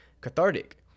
cathartic